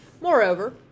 Moreover